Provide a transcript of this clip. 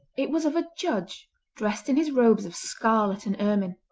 it was of a judge dressed in his robes of scarlet and ermine.